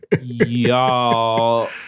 Y'all